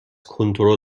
کنترل